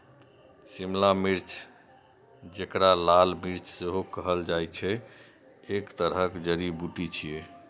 शिमला मिर्च, जेकरा लाल मिर्च सेहो कहल जाइ छै, एक तरहक जड़ी बूटी छियै